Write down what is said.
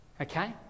Okay